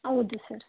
ಹೌದು ಸರ್